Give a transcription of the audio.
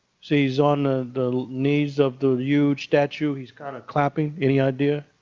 see he's on ah the knees of the huge statue. he's kind of clapping. any idea?